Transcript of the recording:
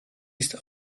ist